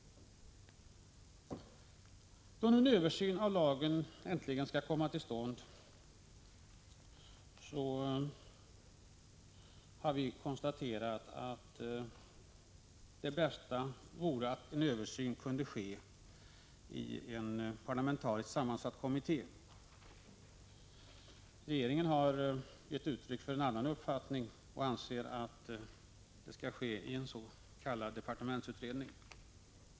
Då en översyn av lagen nu äntligen skall komma till stånd vore det bästa att den kunde ske i en parlamentariskt sammansatt kommitté. Regeringen har givit uttryck för en annan uppfattning: Man anser att den skall ske i en s.k. departementsutredning.